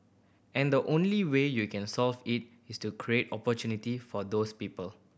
and the only way you can solve it is to create opportunity for those people